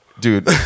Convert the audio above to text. Dude